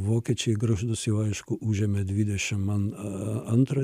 vokiečiai gargždus jau aišku užėmė dvidešimt an antrą